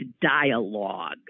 dialogue